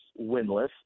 winless